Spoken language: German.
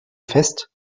fest